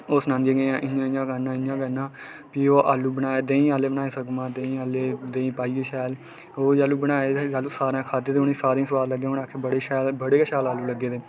ओह् समझेआ इ'यां इ'यां पाना इ'यां करना फ्ही ओह् आलू बनाए देहीं आह्ले सगू में देहीं आह्ले देहीं पाइयै शैल ओह् जैलू बनाए सारें खाद्धे ते सारें गी बड़े गै सुआद लग्गे सारें गै आखेआ बड़े शैल आलू लग्गे न